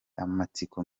amatsiko